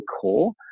core